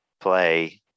play